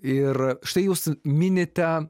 ir štai jūs minėte